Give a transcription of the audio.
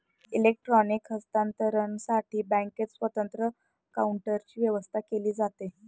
electronic हस्तांतरणसाठी बँकेत स्वतंत्र काउंटरची व्यवस्था केली जाते